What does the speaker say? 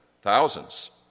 thousands